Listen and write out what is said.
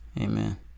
Amen